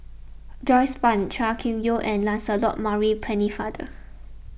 Joyce Fan Chua Kim Yeow and Lancelot Maurice Pennefather